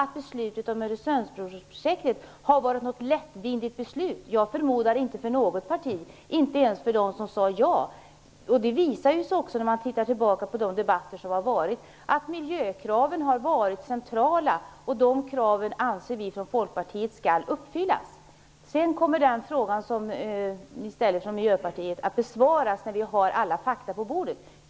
Beslutet om Öresundsbroprojektet har inte varit något lättvindigt beslut. Det har det inte varit för något parti, förmodar jag, inte ens för dem som sade ja. När man ser tillbaka på de debatter som har förts ser man att miljökraven har varit centrala. Vi i Folkpartiet anser att dessa krav skall uppfyllas. Den fråga som ställs från Miljöpartiet kommer att besvaras när vi har alla papper på bordet.